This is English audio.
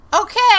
okay